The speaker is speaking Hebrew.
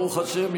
ברוך השם,